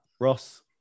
Ross